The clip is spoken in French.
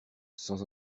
sans